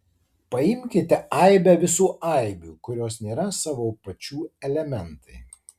paimkite aibę visų aibių kurios nėra savo pačių elementai